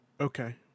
Okay